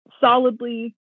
solidly